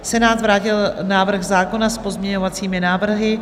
Senát vrátil návrh zákona s pozměňovacími návrhy.